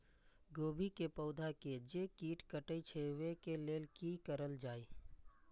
गोभी के पौधा के जे कीट कटे छे वे के लेल की करल जाय?